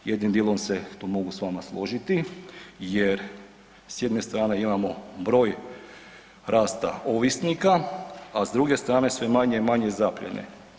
Jednim dijelom se tu mogu sa vama složiti, jer s jedne strane imamo broj rasta ovisnika, a s druge strane sve manje i manje zaplijene.